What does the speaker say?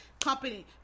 company